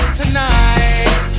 tonight